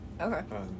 Okay